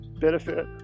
benefit